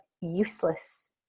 useless